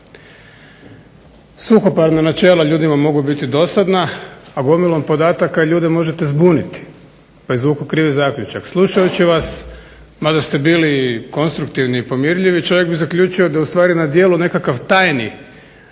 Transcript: Suhoparna načela ljudima mogu biti dosadna, a gomilom podataka ljude možete zbuniti, pa izvuku krivi zaključak. Slušajući vas mada ste bili konstruktivni i pomirljivi čovjek bi zaključio da je u stvari na djelu nekakav tajni